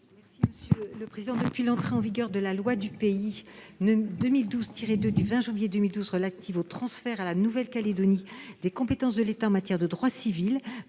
est à Mme le rapporteur. Depuis l'entrée en vigueur de la loi du pays du 20 janvier 2012 relative au transfert à la Nouvelle-Calédonie des compétences de l'État en matière de droit civil,